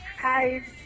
Hi